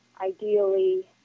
ideally